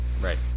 right